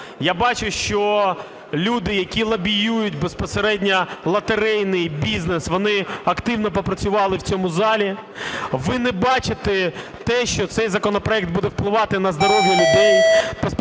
Я бачу, що люди, які лобіюють безпосередньо лотерейний бізнес, вони активно попрацювали в цьому залі. Ви не бачите те, що цей законопроект буде впливати на здоров'я людей,